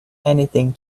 anything